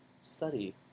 study